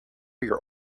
your